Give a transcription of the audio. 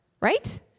Right